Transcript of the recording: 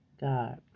God